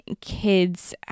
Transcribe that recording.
kids